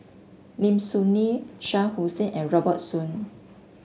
Lim Soo Ngee Shah Hussain and Robert Soon